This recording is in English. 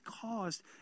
caused